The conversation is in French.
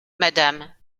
madame